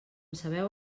sabeu